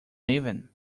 living